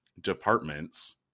departments